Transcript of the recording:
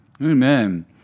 Amen